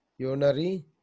Unary